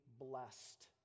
blessed